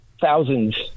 thousands